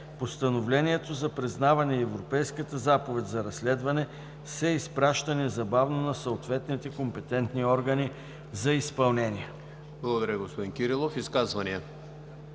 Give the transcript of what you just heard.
Постановлението за признаване и Европейската заповед за разследване се изпраща незабавно на съответните компетентни органи за изпълнение.“ ПРЕДСЕДАТЕЛ ЕМИЛ ХРИСТОВ: Благодаря, господин Кирилов. Изказвания?